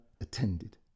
attended